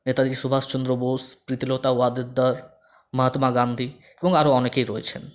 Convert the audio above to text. নেতাজী সুভাষচন্দ্র বোস প্রীতিলতা ওয়াদ্দেদার মাহাত্মা গান্ধী এবং আরো অনেকেই রয়েছেন